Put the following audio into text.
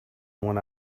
one